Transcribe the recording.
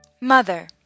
Mother